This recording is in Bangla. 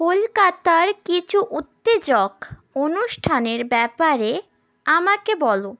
কলকাতার কিছু উত্তেজক অনুষ্ঠানের ব্যাপারে আমাকে বলো